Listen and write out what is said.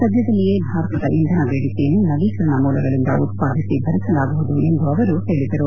ಸದ್ಭದಲ್ಲಿಯೇ ಭಾರತದ ಇಂಧನ ಬೇಡಿಕೆಯನ್ನು ನವೀಕರಣ ಮೂಲಗಳಿಂದ ಉತ್ಪಾದಿಸಿ ಭರಿಸಲಾಗುವುದು ಎಂದು ಹೇಳಿದರು